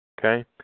Okay